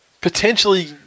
potentially